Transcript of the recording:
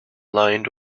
lined